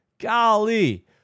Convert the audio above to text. Golly